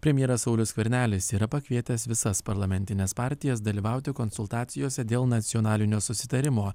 premjeras saulius skvernelis yra pakvietęs visas parlamentines partijas dalyvauti konsultacijose dėl nacionalinio susitarimo